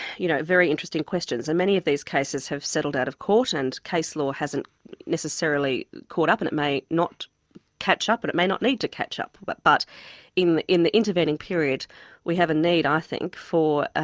you know, very interesting questions, and many of these cases have settled out of court, and case law hasn't necessarily caught up, and it may not catch up and but it may not need to catch up, but but in in the intervening period we have a need, i think, for ah